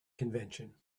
convention